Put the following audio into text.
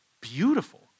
beautiful